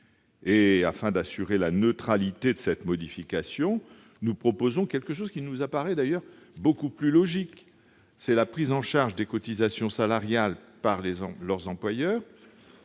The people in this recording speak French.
Pour assurer la neutralité de cette modification, nous proposons une mesure qui nous paraît, d'ailleurs, beaucoup plus logique. Elle consiste en la prise en charge des cotisations salariales par les employeurs,